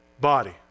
body